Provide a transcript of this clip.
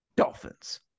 Dolphins